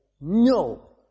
No